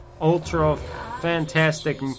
ultra-fantastic